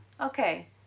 Okay